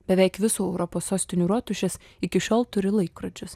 beveik visų europos sostinių rotušės iki šiol turi laikrodžius